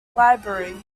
library